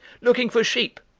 looking for sheep,